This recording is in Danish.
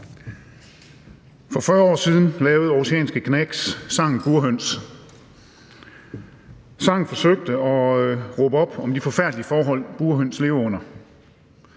For 40 år siden lavede aarhusianske Gnags sangen »Burhøns«. Sangen forsøgte at råbe op om de forfærdelige forhold, burhøns lever under.